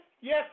Yes